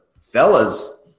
Fellas